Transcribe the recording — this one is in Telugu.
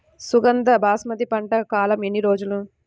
సుగంధ బాస్మతి పంట కాలం ఎన్ని రోజులు?